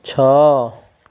ଛଅ